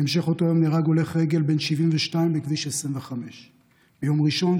בהמשך אותו יום נהרג הולך רגל בן 72 בכביש 25. ביום ראשון,